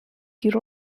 گیر